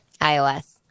IOS